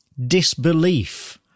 disbelief